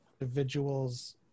individuals